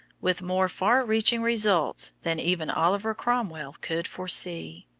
with more far-reaching results than even oliver cromwell could foresee.